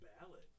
ballad